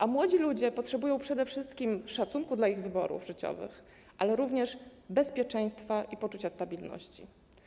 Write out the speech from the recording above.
A młodzi ludzie potrzebują przede wszystkim szacunku dla ich wyborów życiowych, ale również bezpieczeństwa i poczucia stabilności.